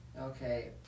Okay